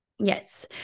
Yes